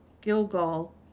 Gilgal